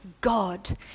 God